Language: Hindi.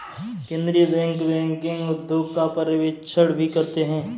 केन्द्रीय बैंक बैंकिंग उद्योग का पर्यवेक्षण भी करते हैं